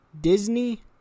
Disney